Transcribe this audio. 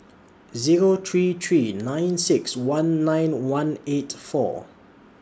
Zero three three nine six one nine one eight four